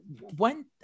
one